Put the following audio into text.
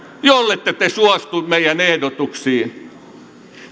jollette te suostu meidän ehdotuksiin